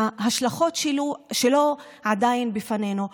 שההשלכות שלו עדיין לפנינו,